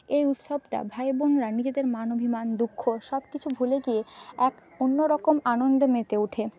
এই উৎসবটা ভাইবোনরা নিজেদের মান অভিমান দুঃখ সব কিছু ভুলে গিয়ে এক অন্যরকম আনন্দে মেতে ওঠে